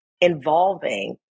involving